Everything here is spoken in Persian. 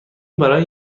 برای